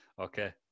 okay